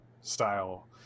style